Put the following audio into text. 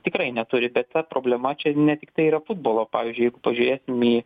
tikrai neturi bet ta problema čia ne tiktai yra futbolo pavyzdžiui pažiūrėsim į